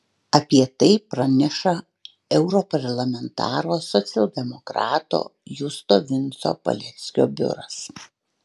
apie tai praneša europarlamentaro socialdemokrato justo vinco paleckio biuras